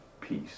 peace